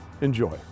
enjoy